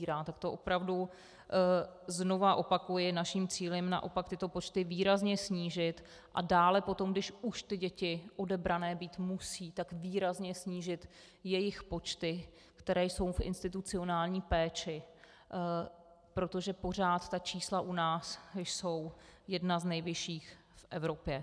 Tak to opravdu znovu opakuji: Naším cílem naopak je tyto počty výrazně snížit a dále potom, kdy už děti odebrané být musí, tak výrazně snížit jejich počty, které jsou v institucionální péči, protože pořád ta čísla u nás jsou jedna z nejvyšších v Evropě.